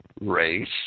race